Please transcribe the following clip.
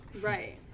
Right